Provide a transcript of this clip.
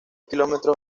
kilómetros